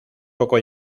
poco